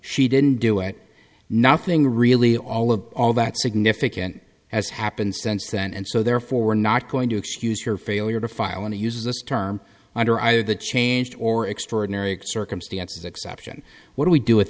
she didn't do it nothing really all of all that significant has happened since then and so therefore we're not going to excuse your failure to file and use this term under either the changed or extraordinary circumstances exception what do we do with